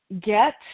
get